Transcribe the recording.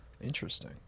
Interesting